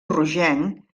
rogenc